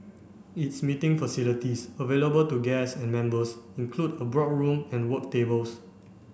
its meeting facilities available to guests and members include a boardroom and work tables